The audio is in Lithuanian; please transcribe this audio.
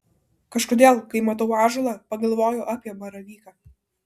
kažkodėl kai matau ąžuolą pagalvoju apie baravyką